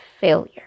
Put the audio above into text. failure